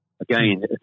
Again